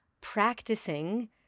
practicing